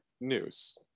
news